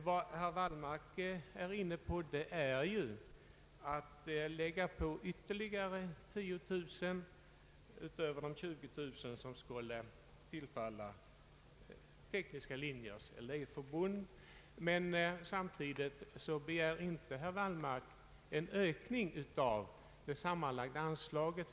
Herr Wallmark är inne på att ytterligare 10 000 kronor borde tillfalia Tekniska linjers elevförbund, men han begär ingen ökning av det sammanlagda anslaget.